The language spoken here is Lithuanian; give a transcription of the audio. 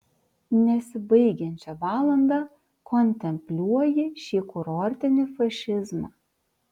nesibaigiančią valandą kontempliuoji šį kurortinį fašizmą